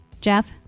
Jeff